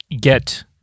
get